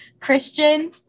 Christian